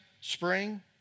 spring